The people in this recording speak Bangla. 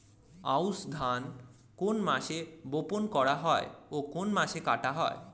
আউস ধান কোন মাসে বপন করা হয় ও কোন মাসে কাটা হয়?